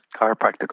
chiropractic